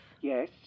Yes